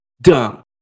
Dumb